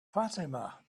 fatima